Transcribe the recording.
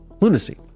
lunacy